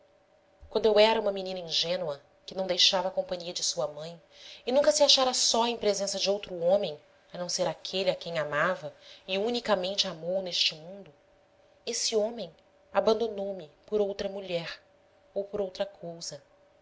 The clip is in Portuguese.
quando eu era uma menina ingênua que não deixava a companhia de sua mãe e nunca se achara só em presença de outro homem a não ser aquele a quem amava e unicamente amou neste mundo esse homem abandonou me por outra mulher ou por outra cousa